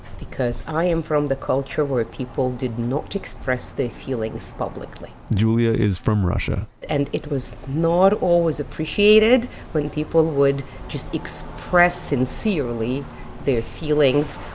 because i am from the culture where people did not express their feelings publicly julia is from russia and it was not always appreciated when people would just express sincerely their feelings,